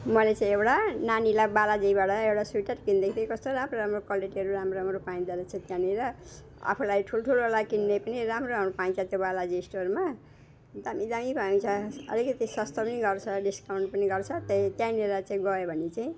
मैले चाहिँ एउटा नानीलाई बालाजीबाट एउटा स्वेटर किनिदिएको थिएँ कस्तो राम्रो राम्रो क्वालिटीहरू राम्रो राम्रो पाइँदो रहेछ त्यहाँनिर आफूलाई ठुलो ठुलोलाई किन्ने पनि राम्रो राम्रो पाइन्छ त्यो बालाजी स्टोरमा दामी दामी पाइन्छ अलिकति सस्तो पनि गर्छ डिस्काउन्ट पनि गर्छ त्यही त्यहाँनिर चाहिँ गयो भने चाहिँ